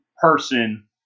person